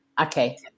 Okay